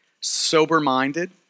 sober-minded